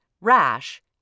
rash